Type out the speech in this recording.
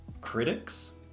critics